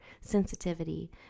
sensitivity